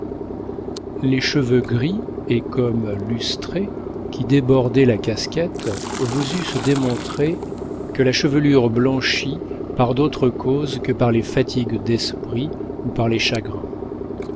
les cheveux gris et comme lustrés qui débordaient la casquette vous eussent démontré que la chevelure blanchit par d'autres causes que par les fatigues d'esprit ou par les chagrins